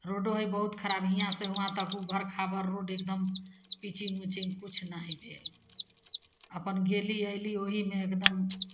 रोडो हइ बहुत खराब हिआँ से हुआँ तक उबर खाबर रोड एकदम पीचिन्ग उचिन्ग किछु नहि हइ भेल अपन गेली आओर अएली ओहिमे एकदम